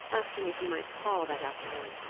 asking if he might call that afternoon,